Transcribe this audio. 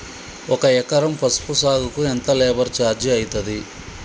ఒక ఎకరం పసుపు సాగుకు ఎంత లేబర్ ఛార్జ్ అయితది?